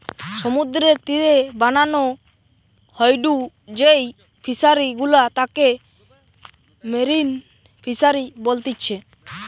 সমুদ্রের তীরে বানানো হয়ঢু যেই ফিশারি গুলা তাকে মেরিন ফিসারী বলতিচ্ছে